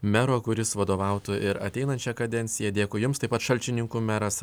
mero kuris vadovautų ir ateinančią kadenciją dėkui jums taip pat šalčininkų meras